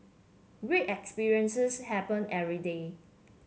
great experiences happen every day